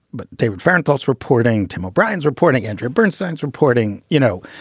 but david fahrenthold reporting, tim o'brien's reporting, andrew bernstein's reporting, you know,